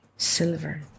Silver